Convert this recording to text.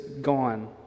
gone